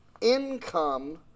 income